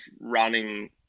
running